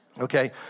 Okay